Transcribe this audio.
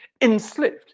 enslaved